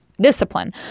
Discipline